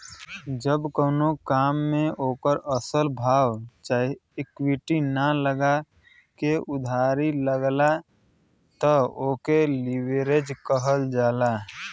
जब कउनो काम मे ओकर असल भाव चाहे इक्विटी ना लगा के उधारी लगला त ओके लीवरेज कहल जाला